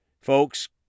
Folks